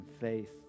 faith